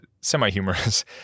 semi-humorous